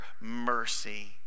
mercy